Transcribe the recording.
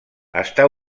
està